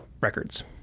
records